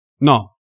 No